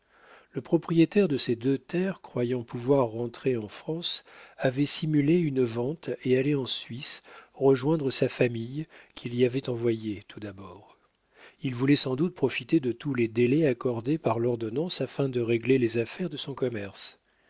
le propriétaire de ces deux terres croyant pouvoir rentrer en france avait simulé une vente et allait en suisse rejoindre sa famille qu'il y avait envoyée tout d'abord il voulait sans doute profiter de tous les délais accordés par l'ordonnance afin de régler les affaires de son commerce